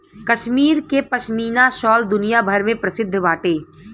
कश्मीर के पश्मीना शाल दुनिया भर में प्रसिद्ध बाटे